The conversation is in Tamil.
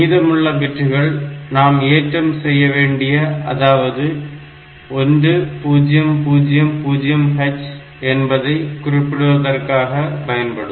மீதமுள்ள பிட்டுகள் நாம் ஏற்றம் செய்யவேண்டிய அதாவது 1000h என்பதை குறிப்பிடுவதற்காக பயன்படும்